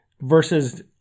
versus